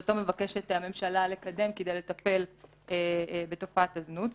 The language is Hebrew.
שאותו מבקשת הממשלה לקדם כדי לטפל בתופעת הזנות.